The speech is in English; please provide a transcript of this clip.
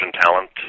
talent